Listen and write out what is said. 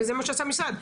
וזה מה שעשה המשרד.